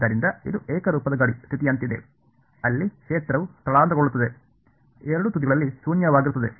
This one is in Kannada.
ಆದ್ದರಿಂದ ಇದು ಏಕರೂಪದ ಗಡಿ ಸ್ಥಿತಿಯಂತಿದೆ ಅಲ್ಲಿ ಕ್ಷೇತ್ರವು ಸ್ಥಳಾಂತರಗೊಳ್ಳುತ್ತದೆ ಎರಡೂ ತುದಿಗಳಲ್ಲಿ ಶೂನ್ಯವಾಗಿರುತ್ತದೆ